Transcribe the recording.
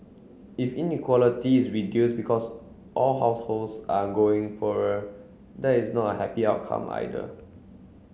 if inequality is reduced because all households are growing poorer that is not a happy outcome either